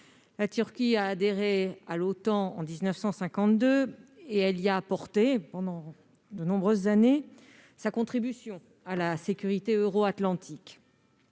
la Turquie a adhéré à l'OTAN en 1952 et a apporté, pendant de nombreuses années, sa contribution à la sécurité euro-atlantique.